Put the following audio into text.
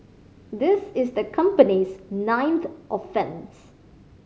this is the company's ninth offence